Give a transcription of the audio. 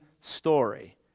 story